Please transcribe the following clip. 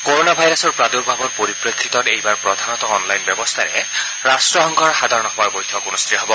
corona ভাইৰাছৰ প্ৰাদূৰ্ভাৱৰ পৰিপ্ৰেক্ষিতত এইবাৰ প্ৰধানত অনলাইন ব্যৱস্থাৰে ৰাষ্ট্ৰসংঘৰ সাধাৰণ সভাৰ বৈঠক অনুষ্ঠিত হ'ব